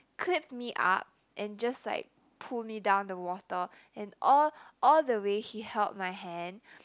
clipped me up and just like pull me down the water and all all the way he held my hand